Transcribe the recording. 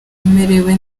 amerewe